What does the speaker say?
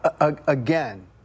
again